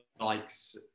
likes